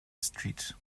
street